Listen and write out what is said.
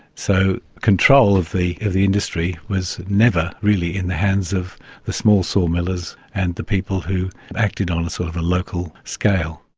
so control of the of the industry was never really in the hands of the small saw millers and the people who acted on a sort of a local scale.